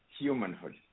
humanhood